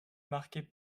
marquée